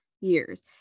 years